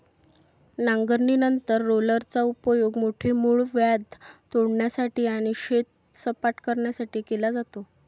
नांगरणीनंतर रोलरचा उपयोग मोठे मूळव्याध तोडण्यासाठी आणि शेत सपाट करण्यासाठी केला जातो